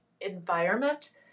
environment